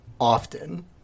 often